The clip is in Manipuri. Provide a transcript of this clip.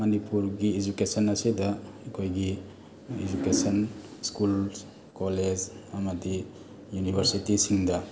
ꯃꯅꯤꯄꯨꯔꯒꯤ ꯏꯖꯨꯀꯦꯁꯟ ꯑꯁꯤꯗ ꯑꯩꯈꯣꯏꯒꯤ ꯏꯖꯨꯀꯦꯁꯟ ꯏꯁꯀꯨꯜ ꯀꯣꯂꯦꯖ ꯑꯃꯗꯤ ꯌꯨꯅꯤꯕꯔꯁꯤꯇꯤ ꯁꯤꯡꯗ